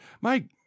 mike